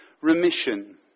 remission